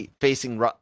facing